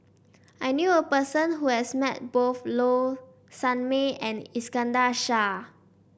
I knew a person who has met both Low Sanmay and Iskandar Shah